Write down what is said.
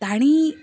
तांणी